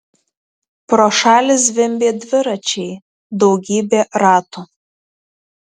pro šalį zvimbė dviračiai daugybė ratų